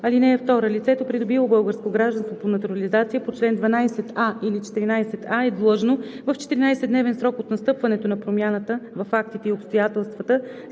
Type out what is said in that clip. (2) Лицето, придобило българско гражданство по натурализация по чл. 12а или 14а, е длъжно в 14-дневен срок от настъпването на промяната във фактите и обстоятелствата,